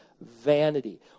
vanity